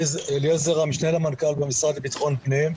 אני המשנה למנכ"ל במשרד לבטחון פנים.